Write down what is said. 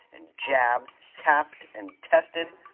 and jabbed, tapped, and tested.